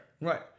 Right